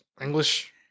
English